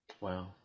Wow